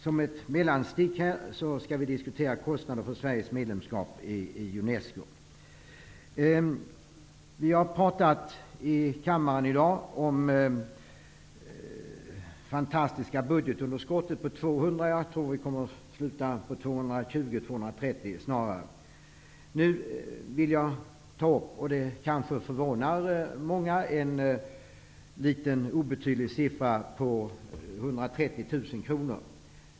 Som ett mellanstick skall vi diskutera kostnader för Vi har talat i kammaren i dag om det fantastiska budgetunderskottet på 200 miljarder. Jag tror att det snarare kommer att bli 220 eller 230 miljarder. Nu vill jag ta upp -- det kanske förvånar många -- ett litet obetydligt anslag på 130 000 kronor.